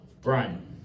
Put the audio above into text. Brian